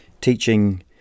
teaching